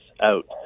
out